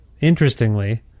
interestingly